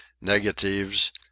negatives